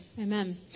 Amen